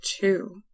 two